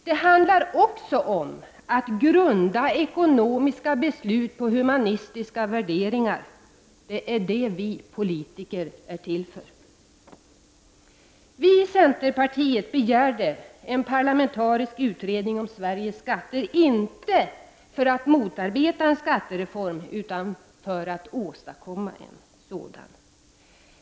Det handlar också om att grunda ekonomiska beslut på humana värderingar. Det är det vi politiker är till för! Vi i centerpartiet begärde en parlamentarisk utredning om Sveriges skatter, inte för att motarbeta en skattereform utan för att åstadkomma en sådan.